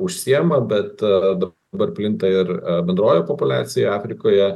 užsiima bet dabar plinta ir bendroji populiacija afrikoje